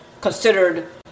considered